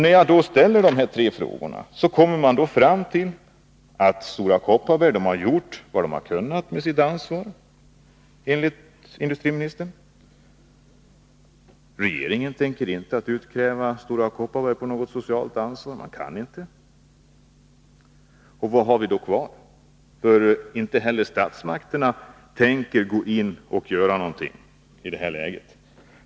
När jag ställer de här tre frågorna kommer man fram till att Stora Kopparberg har gjort vad man har kunnat med hänsyn till sitt ansvar enligt industriministern. Regeringen tänker inte utkräva något socialt ansvar av Stora Kopparberg. Man kan inte. Vad har vi då kvar? Inte heller statsmakterna tänker gå in och göra någonting i det här läget.